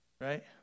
Right